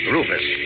Rufus